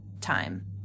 time